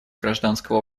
гражданского